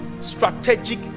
strategic